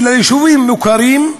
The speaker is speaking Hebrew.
אלא יישובים מוכרים,